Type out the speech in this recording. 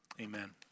Amen